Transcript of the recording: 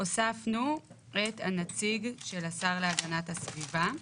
הוספנו את הנציג של השר להגנת הסביבה,